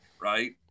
right